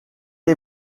est